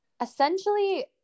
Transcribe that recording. Essentially